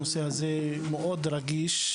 הנושא הזה מאוד רגיש,